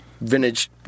vintage